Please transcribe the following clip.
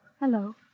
Hello